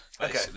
Okay